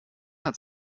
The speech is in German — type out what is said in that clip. hat